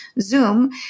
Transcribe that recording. Zoom